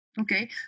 Okay